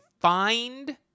find